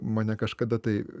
mane kažkada tai